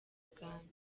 bwanjye